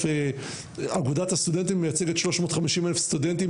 אגודת הסטודנטים מייצגת 350,000 סטודנטים,